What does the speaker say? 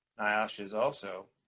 niosh is also